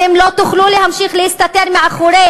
אתם לא תוכלו להמשיך להסתתר מאחורי